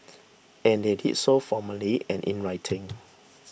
and they did so formally and in writing